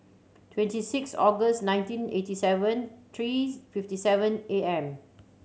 twenty six August nineteen eighty seven three fifty seven A M